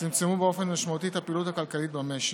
צמצמו באופן משמעותי את הפעילות הכלכלית במשק.